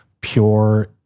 pure